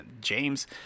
James